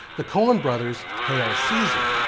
the coen brothers' hail caesar!